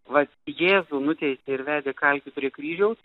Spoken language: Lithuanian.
vat jėzų nuteisė ir vedė kalti prie kryžiaus